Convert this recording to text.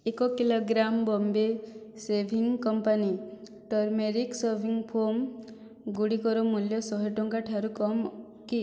ଏକ kilogram Bombay shaving company turmeric shaving foam ଗୁଡ଼ିକର ମୂଲ୍ୟ ଶହେ ଟଙ୍କା ଠାରୁ କମ୍ କି